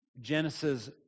Genesis